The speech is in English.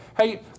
hey